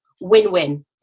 win-win